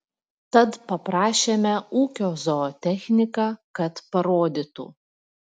tad paprašėme ūkio zootechniką kad parodytų